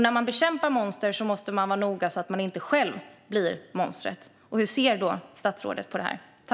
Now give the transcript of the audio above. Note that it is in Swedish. När man bekämpar monster måste man vara noga så att man inte själv blir monstret. Hur ser statsrådet på detta?